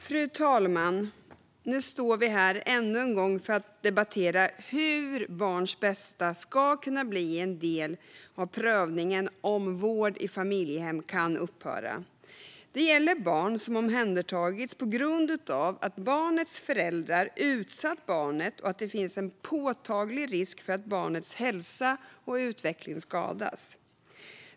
Fru talman! Nu står vi här ännu en gång för att debattera hur barns bästa ska kunna bli en del av prövningen av om vård i familjehem kan upphöra. Det gäller barn som omhändertagits på grund av att barnets föräldrar utsatt barnet för något och det finns en påtaglig risk för att barnets hälsa och utveckling skadas.